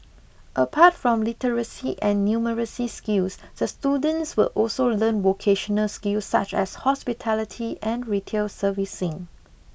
apart from literacy and numeracy skills the students will also learn vocational skills such as hospitality and retail servicing